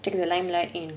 take the limelight in